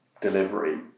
delivery